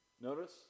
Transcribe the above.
Notice